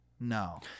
No